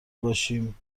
باشیم